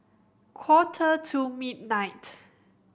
quarter to midnight